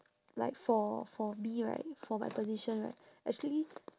like for for me right for my position right actually